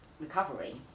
recovery